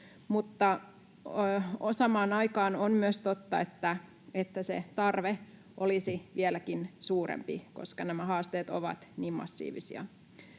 mutta samaan aikaan on myös totta, että tarve olisi vieläkin suurempi, koska nämä haasteet ovat niin massiivisia.